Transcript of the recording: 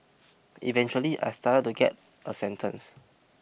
eventually I started to get a sentence